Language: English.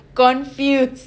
confused